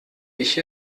ich